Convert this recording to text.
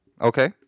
Okay